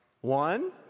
One